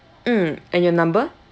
mm and your number